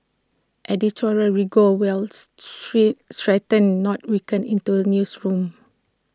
editorial rigour wills straight strengthen not weaken into A newsroom